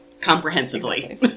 Comprehensively